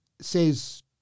says